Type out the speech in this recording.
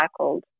recycled